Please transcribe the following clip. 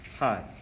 Hi